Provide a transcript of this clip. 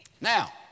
Now